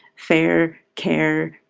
fair, care,